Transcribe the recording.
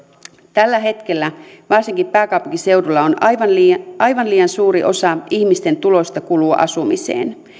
tällä hetkellä varsinkin pääkaupunkiseudulla aivan liian aivan liian suuri osa ihmisten tuloista kuluu asumiseen